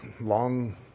long